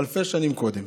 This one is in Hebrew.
אלפי שנים קודם.